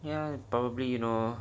ya probably you know